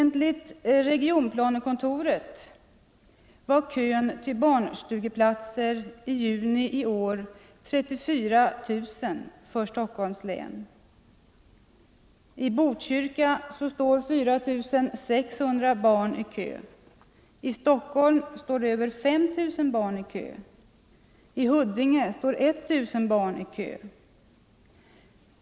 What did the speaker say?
Enligt regionplanekontoret var kön till barnstugeplatser i juni i år 34 000 för Stockholms län. I Botkyrka står 4 600 barn i kö. I Stockholm står över 5 000 barn i kö och i Huddinge 19000 barn.